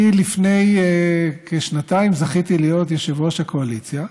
אני לפני כשנתיים זכיתי להיות יושב-ראש הקואליציה,